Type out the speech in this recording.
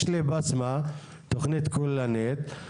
יש לבצמא תכנית כוללנית.